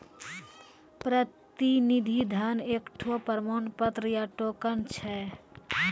प्रतिनिधि धन एकठो प्रमाण पत्र या टोकन छै